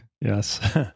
Yes